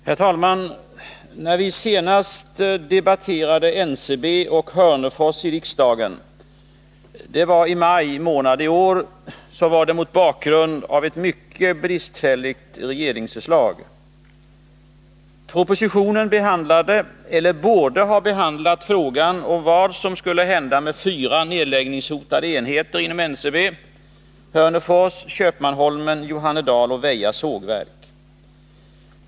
Herr talman! När vi senast debatterade NCB och Hörnefors i riksdagen — det var i maj månad i år — så var det mot bakgrund av ett mycket bristfälligt regeringsförslag. Propositionen behandlade, eller borde ha behandlat, frågan om vad som skulle hända med fyra nedläggningshotade enheter inom NCB -— Hörnefors, Köpmanholmen, Johannedal och Väja Sågverk.